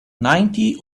ninety